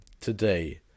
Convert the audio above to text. today